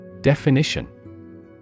Definition